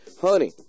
Honey